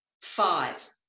Five